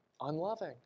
unloving